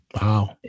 Wow